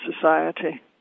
society